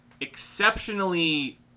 exceptionally